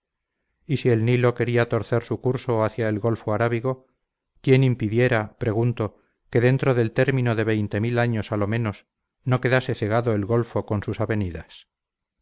y si el nilo quería torcer su curso hacia el golfo arábigo quién impidiera pregunto que dentro del término de veinte mil años a lo menos no quedase cegado el golfo con sus avenidas